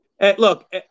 Look